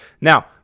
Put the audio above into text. Now